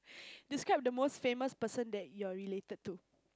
describe the most famous person that you are related to